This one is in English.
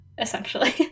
essentially